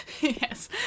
Yes